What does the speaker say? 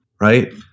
right